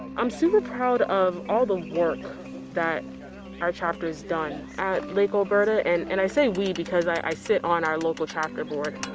i'm super proud of all the work our chapter has done at lake elberta. and and i say we because i sit on our local chapter board.